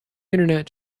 internet